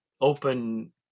open